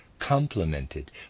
Complemented